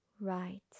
right